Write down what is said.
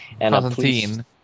Constantine